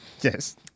yes